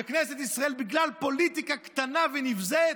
שכנסת ישראל, בגלל פוליטיקה קטנה ונבזית,